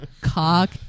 Cock